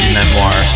memoir